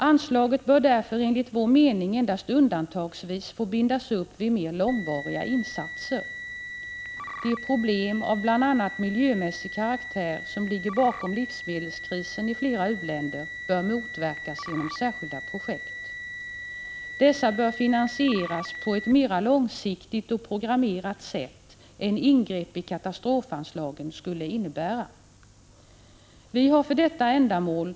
Anslaget bör därför enligt vår mening endast undantagsvis få bindas upp vid mer långvariga insatser. De problem av bl.a. miljömässig karaktär som ligger bakom livsmedelskrisen i flera u-länder bör motverkas genom särskilda projekt. Dessa bör finansieras på ett mera långsiktigt och programmerat sätt än genom ingrepp i katastrofhjälpsanslaget.